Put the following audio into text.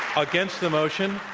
against the motion,